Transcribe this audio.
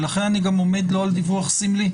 לכן אני גם עומד לא על דיווח סמלי.